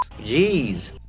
Jeez